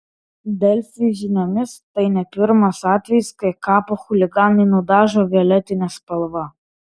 delfi žiniomis tai ne pirmas atvejis kai kapą chuliganai nudažo violetine spalva